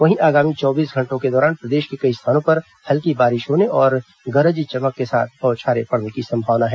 वहीं आगामी चौबीस घंटों के दौरान प्रदेश के कई स्थानों पर हल्की बारिश होने और गरज चमक के साथ बौछारें पड़ने की संभावना है